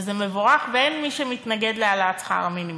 וזה מבורך ואין מי שמתנגד להעלאת שכר המינימום,